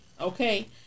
okay